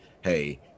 hey